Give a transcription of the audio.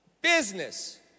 Business